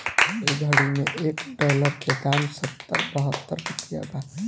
ए घड़ी मे एक डॉलर के दाम सत्तर बहतर रुपइया बा